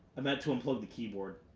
i meant to unplug the keyboard.